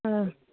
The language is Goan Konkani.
आं